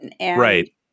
right